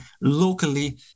locally